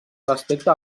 respecte